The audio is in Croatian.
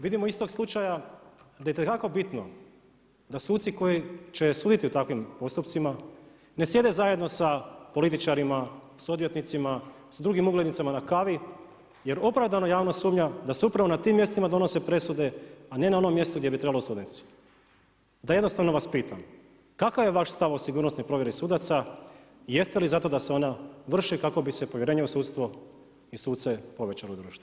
Vidimo iz tog slučaja da je itekako bitno, da suci koji će suditi u takvim postupcima ne sjede zajedno sa političarima, s odvjetnicima, s drugim uglednicama na kavi, jer opravdano sumnja da se upravo na tim mjestima donose presude, a ne na onim mjestu gdje bi trebalo … Da jednostavno vas pitam, kakav je vaš stav o sigurnosnoj provjeri sudaca, jeste li za to da se ona vrši kako bi se povjerenje u sudstvo i suce povećale u društvu?